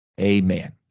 Amen